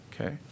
Okay